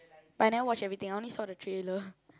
but I never watch everything I only saw the trailer